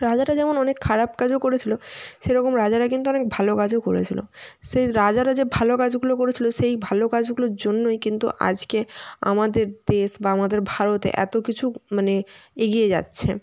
রাজারা যেমন অনেক খারাপ কাজও করেছিলো সেরকম রাজারা কিন্তু অনেক ভালো কাজও করেছিলো সেই রাজারা যে ভালো কাজগুলো করেছিলো সেই ভালো কাজগুলোর জন্যই কিন্তু আজকে আমাদের দেশ বা আমাদের ভারতে এতো কিছু মানে এগিয়ে যাচ্ছে